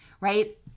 right